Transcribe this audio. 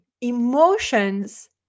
emotions